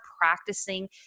practicing